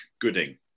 Gooding